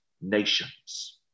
nations